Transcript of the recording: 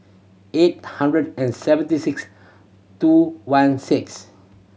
eight hundred and seventy six two one six